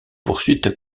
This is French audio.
poursuites